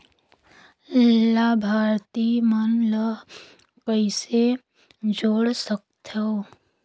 लाभार्थी मन ल कइसे जोड़ सकथव?